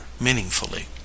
meaningfully